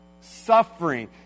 suffering